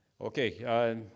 Okay